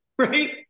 Right